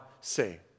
say